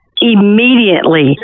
immediately